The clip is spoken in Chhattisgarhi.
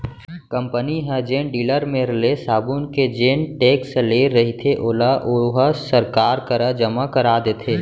कंपनी ह जेन डीलर मेर ले साबून के जेन टेक्स ले रहिथे ओला ओहा सरकार करा जमा करा देथे